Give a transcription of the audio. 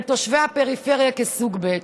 לתושבי הפריפריה כסוג ב'?